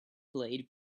played